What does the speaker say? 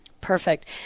perfect